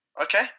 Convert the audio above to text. okay